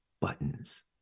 buttons